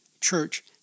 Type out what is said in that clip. Church